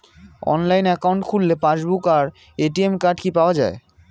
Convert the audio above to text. Online account খুললে passbook আর ATM card কি পাওয়া যায়?